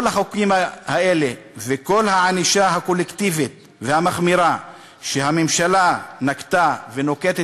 כל החוקים האלה וכל הענישה הקולקטיבית והמחמירה שהממשלה נקטה ונוקטת,